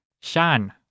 Shan